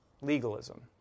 legalism